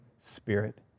spirit